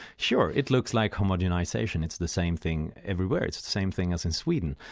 sure, it looks like homogenisation, it's the same thing everywhere, it's the same thing as in sweden.